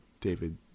David